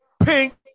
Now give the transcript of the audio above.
pink